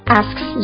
asks